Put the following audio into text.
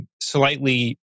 slightly